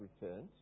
returns